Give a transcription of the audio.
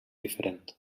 diferent